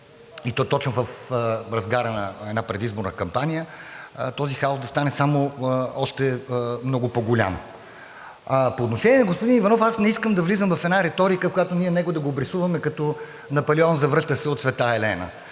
и то точно в разгара на една предизборна кампания този хаос да стане още много по-голям. По отношение на господин Иванов аз не искам да влизам в една риторика, която ние да го обрисуваме като Наполеон, завръщащ се от „Света Елена“.